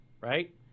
Right